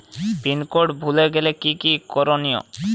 Pin code ভুলে গেলে কি কি করনিয়?